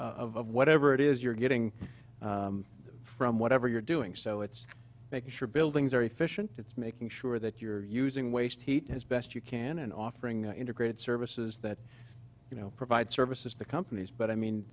of of whatever it is you're getting from whatever you're doing so it's make sure buildings are efficient it's making sure that you're using waste heat as best you can and offering integrated services that you know provide services to companies but i mean